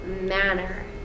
manner